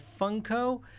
Funko